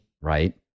right